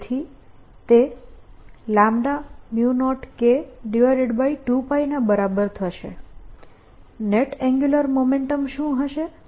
તેથી તે 0K2π ના બરાબર થશે નેટ એન્ગ્યુલર મોમેન્ટમમાં શું હશે